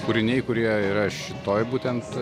kūriniai kurie yra šitoj būtent